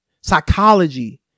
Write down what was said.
Psychology